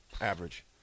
Average